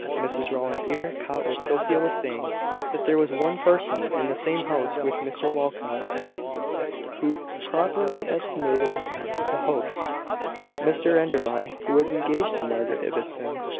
mrs rowland's ear caught what sophia was saying that there was one person in the same house with mr walcot who properly estimated the hopes mr enderby, who was engaged to margaret ibbotson.